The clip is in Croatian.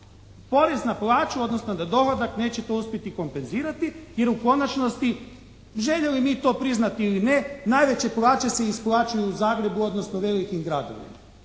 porez na plaću, odnosno na dohodak neće to uspjeti kompenzirati jer u konačnosti željeli mi to priznati ili ne najveće plaće se isplaćuju u Zagrebu, odnosno velikim gradovima.